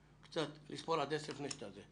קצת את היכולת לספור עד עשר לפני שאתה מדבר.